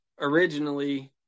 originally